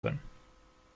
können